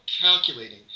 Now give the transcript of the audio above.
calculating